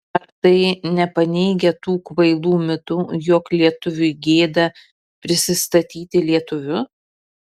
ar tai nepaneigia tų kvailų mitų jog lietuviui gėda prisistatyti lietuviu